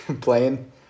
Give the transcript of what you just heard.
playing